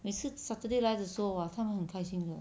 每次 saturday 来的时候 !wah! 他们很开心的